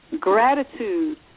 gratitude